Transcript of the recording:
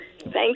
Thank